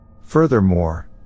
Furthermore